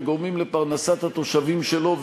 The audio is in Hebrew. וגורמים לפרנסת התושבים שלו,